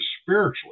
spiritually